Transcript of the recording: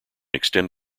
extend